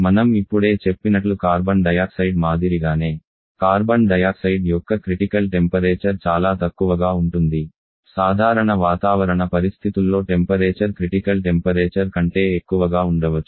మనం ఇప్పుడే చెప్పినట్లు కార్బన్ డయాక్సైడ్ మాదిరిగానే కార్బన్ డయాక్సైడ్ యొక్క క్రిటికల్ టెంపరేచర్ చాలా తక్కువగా ఉంటుంది సాధారణ వాతావరణ పరిస్థితుల్లో టెంపరేచర్ క్రిటికల్ టెంపరేచర్ కంటే ఎక్కువగా ఉండవచ్చు